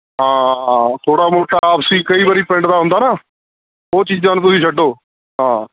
ਹਾਂ ਥੋੜ੍ਹਾ ਮੋਟਾ ਆਪਸੀ ਕਈ ਵਾਰੀ ਪਿੰਡ ਦਾ ਹੁੰਦਾ ਨਾ ਉਹ ਚੀਜ਼ਾਂ ਨੂੰ ਤੁਸੀਂ ਛੱਡੋ ਹਾਂ